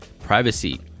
privacy